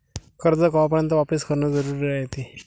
कर्ज कवापर्यंत वापिस करन जरुरी रायते?